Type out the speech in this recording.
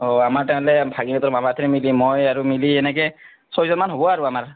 অঁ আমাৰ তেনেহ'লে ভাগিনতৰ মামাতৰ মিলি মই আৰু মিলি এনেকৈ ছয়জন মান হ'ব আৰু আমাৰ